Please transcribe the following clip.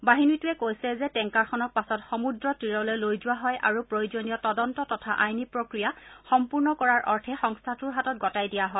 বাহিনীটোৱে কৈছে যে টেংকাৰখনক পাছত সমূহ তীৰলৈ লৈ যোৱা হয় আৰু প্ৰয়োজনীয় তদন্ত তথা আইনী প্ৰক্ৰিয়া সম্পূৰ্ণ কৰাৰ অৰ্থে সংস্থাটোৰ হাতত গতাই দিয়া হয়